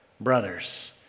Brothers